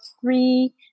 three